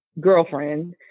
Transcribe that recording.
girlfriend